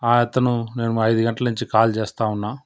ఆ అతను మేము ఐదు గంటల నుంచి కాల్ చేస్తా ఉన్నా